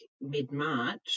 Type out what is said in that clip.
mid-march